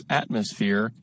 atmosphere